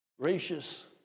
gracious